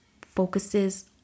focuses